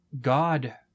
God